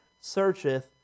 searcheth